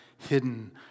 hidden